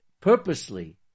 purposely